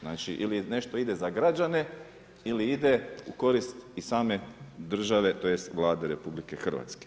Znači ili nešto ide za građane ili ide u korist i same države tj. Vlade RH.